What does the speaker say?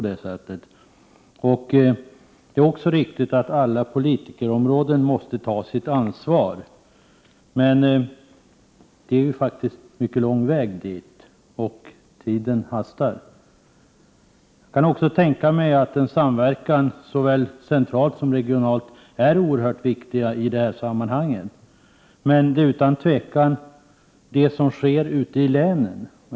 Det är också riktigt att alla politikområden måste ta sitt ansvar. Men det är faktiskt mycket lång väg dit, och det hastar. Jag kan också tänka mig att en samverkan såväl centralt som regionalt är oerhört viktig i dessa sammanhang, men det är utan tvivel det som sker ute i länen.